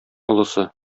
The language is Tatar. олысы